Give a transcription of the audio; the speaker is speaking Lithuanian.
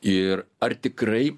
ir ar tikrai